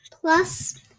plus